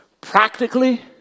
practically